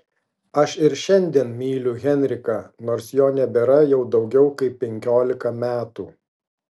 aš ir šiandien myliu henriką nors jo nebėra jau daugiau kaip penkiolika metų